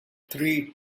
three